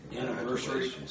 anniversary